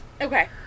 Okay